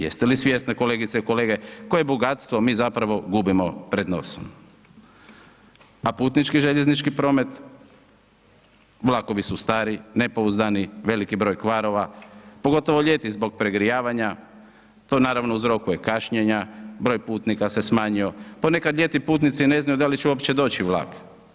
Jeste li svjesni kolegice i kolege, koje bogatstvo mi zapravo gubio pred nosom, a putnički željeznički promet, vlakovi su stari, nepouzdani, veliki broj kvarova, pogotovo ljeti zbog pregrijavanja, to naravno uzrokuje kašnjenja, broj putnika se smanjio, ponekad ljeti putnici, ne znaju, da li će uopće doći vlak.